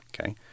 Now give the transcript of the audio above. Okay